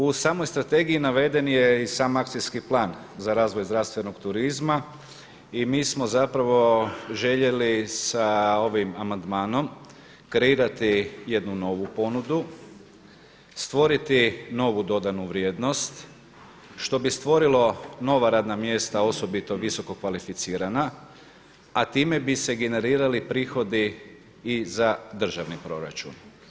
U samoj strategiji naveden je i sam akcijski plan za razvoj zdravstvenog turizma i mi smo zapravo željeli sa ovim amandmanom kreirati jednu novu ponudu, stvoriti novu dodanu vrijednost što bi stvorilo nova radna mjesta osobito visokokvalificirana a time bi se generirali prohodi i za državni proračun.